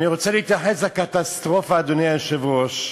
אני רוצה להתייחס לקטסטרופה, אדוני היושב-ראש,